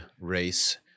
race